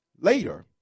later